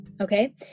okay